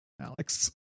Alex